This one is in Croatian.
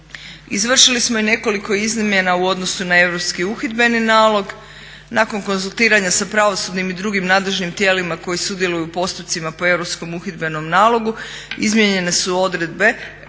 Izvršili smo i nekoliko izmjena u odnosu na europski uhidbeni nalog. Nakon konzultiranja sa pravosudnim i drugim nadležnim tijelima koja sudjeluju u postupcima po europskom uhidbenom nalogu izmijenjene su odredbe koje